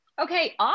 Okay